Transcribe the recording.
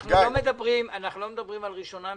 אנחנו לא מדברים על ראשונה,